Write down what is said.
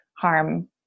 harm